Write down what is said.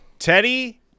Teddy